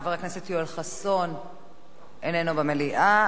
חבר הכנסת יואל חסון, איננו במליאה.